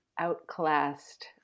outclassed